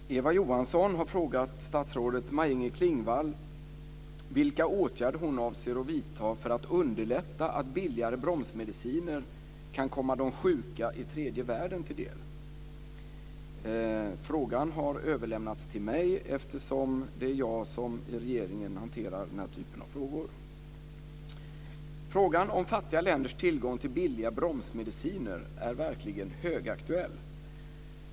Fru talman! Eva Johansson har frågat statsrådet Maj-Inger Klingvall vilka åtgärder hon avser att vidta för att underlätta att billigare bromsmediciner kan komma de sjuka i tredje världen till del. Interpellationen har överlämnats till mig, eftersom det är jag som i regeringen hanterar den här typen av frågor. Frågan om fattiga länders tillgång till billiga bromsmediciner är verkligen högaktuell.